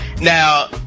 now